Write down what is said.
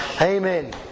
Amen